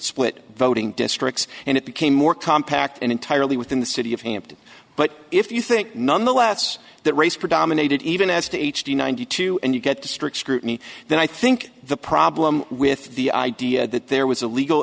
split voting districts and it became more compact and entirely within the city of hampton but if you think nonetheless that race predominated even as to h d ninety two and you get to strict scrutiny then i think the problem with the idea that there was a legal